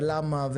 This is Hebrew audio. למה,